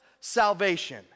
salvation